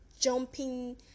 jumping